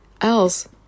else